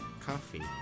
Coffee